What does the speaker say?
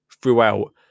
throughout